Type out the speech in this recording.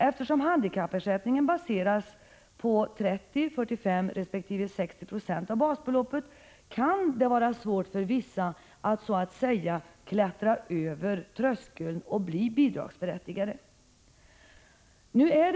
Eftersom handikappersättningen baseras på 30, 45 resp. 60 26 av basbeloppet kan det vara svårt för vissa att ”klättra över tröskeln” och bli berättigade till ersättning.